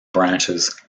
branches